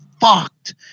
fucked